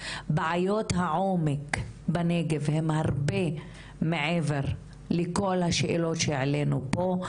בעיות העומק בנגב הן הרבה מעבר לכל השאלות שהעלנו פה.